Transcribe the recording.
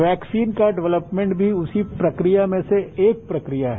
vaccine का development भी उसी प्रक्रिया में से एक प्रक्रिया है